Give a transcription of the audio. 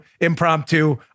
Impromptu